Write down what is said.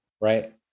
Right